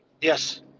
Yes